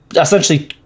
essentially